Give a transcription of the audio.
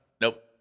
Nope